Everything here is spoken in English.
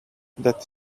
that